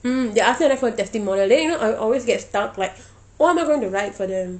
mm they after that write for you testimonial then you know I always get stuck like what am I going to write for them